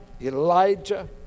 Elijah